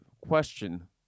question